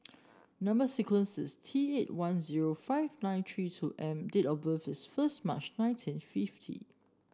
number sequence is T eight one zero five nine three two M date of birth is first March nineteen fifty